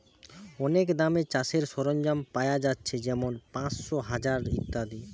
অনেক দামে চাষের সরঞ্জাম পায়া যাচ্ছে যেমন পাঁচশ, হাজার ইত্যাদি